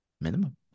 Minimum